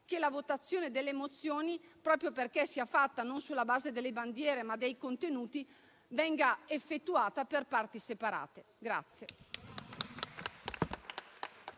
che la votazione delle mozioni, proprio perché sia fatta sulla base non delle bandiere ma dei contenuti, venga effettuata per parti separate.